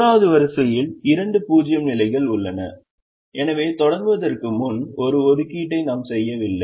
3 வது வரிசையில் இரண்டு 0 நிலைகளும் உள்ளன எனவே தொடங்குவதற்கு முன் ஒரு ஒதுக்கீட்டை நாம் செய்யவில்லை